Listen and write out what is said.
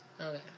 Okay